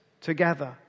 together